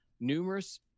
numerous